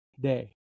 day